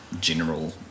general